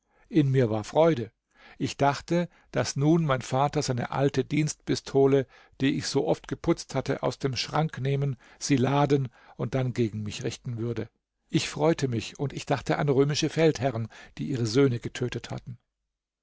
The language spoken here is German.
in mir war freude ich dachte daß nun mein vater seine alte dienstpistole die ich so oft geputzt hatte aus dem schrank nehmen sie laden und dann gegen mich richten würde ich freute mich und ich dachte an römische feldherren die ihre söhne getötet hatten